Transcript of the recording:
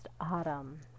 Autumn